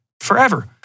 forever